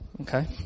okay